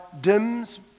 dims